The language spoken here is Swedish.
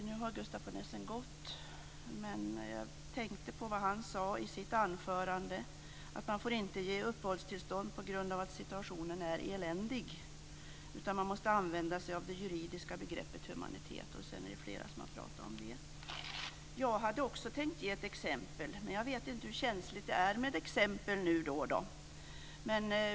Nu har Gustaf von Essen gått från kammaren, men jag tänkte på vad han sade i sitt anförande om att man inte får ge uppehållstillstånd på grund av att situationen är eländig utan att man måste använda sig av det juridiska begreppet humanitet. Sedan är det fler som har pratat om det. Jag hade också tänkt ge ett exempel, men jag vet inte hur känsligt det är med exempel.